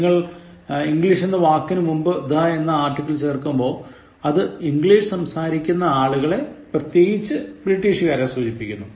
നിങ്ങൾ English എന്ന വാക്കിനു മുൻപ് the എന്ന ആർട്ടിക്കിൽ ചേർക്കുമ്പോൾ അത് ഇംഗ്ലീഷ് സംസാരിക്കുന്ന ആളുകളെ പ്രത്യേകിച്ച് ബ്രിട്ടീഷുകാരെ സൂചിപ്പിക്കുന്നു